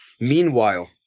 Meanwhile